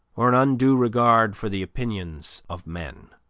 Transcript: or an undue regard for the opinions of men.